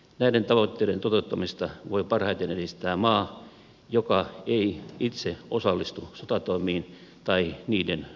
näiden tavoitteiden toteuttamista voi parhaiten edistää maa joka ei itse osallistu sotatoimiin tai niiden tukemiseen